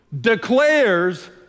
declares